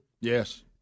Yes